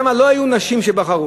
שם לא היו נשים שבחרו.